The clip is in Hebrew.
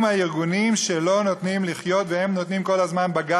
הם הארגונים שלא נותנים לחיות והם מגישים